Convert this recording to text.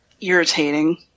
irritating